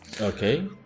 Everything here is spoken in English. Okay